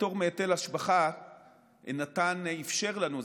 הפטור מהיטל השבחה אפשר לנו,